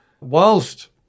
whilst